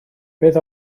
beth